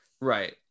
right